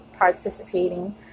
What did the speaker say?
participating